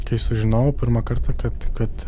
kai sužinojau pirmą kartą kad kad